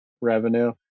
revenue